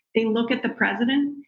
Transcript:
they look at the president,